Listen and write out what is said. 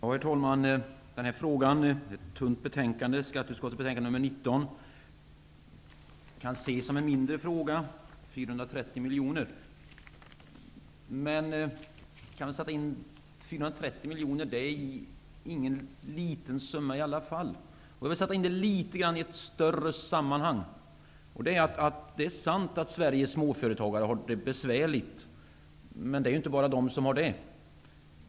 Herr talman! Den här tunga frågan, skatteutskottets betänkande 19, kan anses vara en mindre fråga: 430 miljoner. Men 430 miljoner är ändå ingen liten summa. Jag vill sätta in frågan i ett större sammanhang. Det är sant att Sveriges småföretagare har det besvärligt. Men det är ju inte bara de som har det besvärligt.